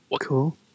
cool